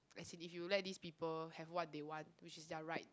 as in if you let these people have what they want which is their right